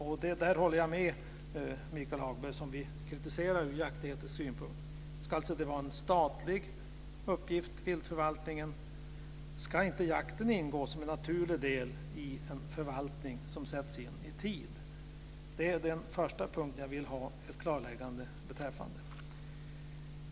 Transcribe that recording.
Där håller jag med Michael Hagberg, som ju kritiserade detta ur jaktetisk synpunkt. Ska inte jakten ingå som en naturlig del i en förvaltning som sätts in i tid? Det är den första punkten som jag vill ha ett klarläggande på.